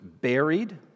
buried